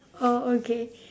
oh okay